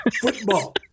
football